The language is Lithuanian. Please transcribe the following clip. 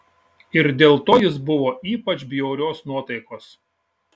ir dėl to jis buvo ypač bjaurios nuotaikos